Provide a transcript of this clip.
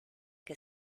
que